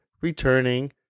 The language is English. returning